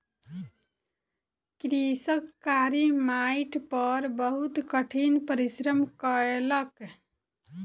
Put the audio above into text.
कृषक कारी माइट पर बहुत कठिन परिश्रम कयलक